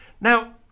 now